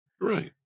Right